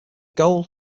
goal